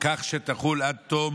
כך שתחול עד תום